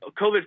COVID